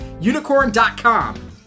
Unicorn.com